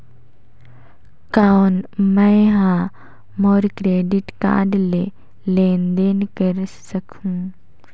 कौन मैं ह मोर क्रेडिट कारड ले लेनदेन कर सकहुं?